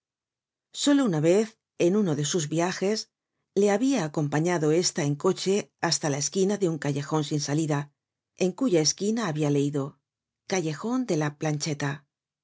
solo una vez en uno de sus viajes le habia acompañado ésta en coche hasta la esquina de un callejon sin salida en cuya esquina habia leido callejon de la plancheta